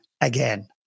again